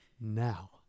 now